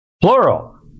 plural